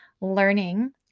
learning